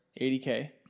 80K